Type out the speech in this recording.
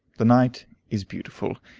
the night is beautiful,